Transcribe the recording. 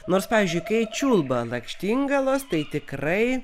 nors pavyzdžiui kai čiulba lakštingalos tai tikrai